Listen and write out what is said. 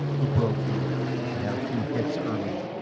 who broke in and had a few hits early.